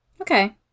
Okay